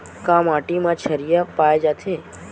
का माटी मा क्षारीय पाए जाथे?